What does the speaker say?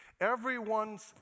Everyone's